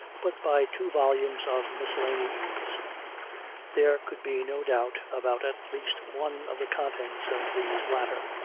but by two volumes of miscellanies, there could be no doubt about at least one of the contents of these latter.